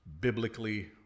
biblically